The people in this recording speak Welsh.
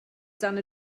dan